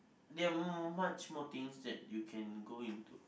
there are much more things that you can go into